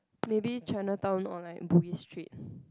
maybe Chinatown or like Bugis Street